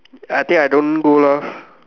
I think I don't go lah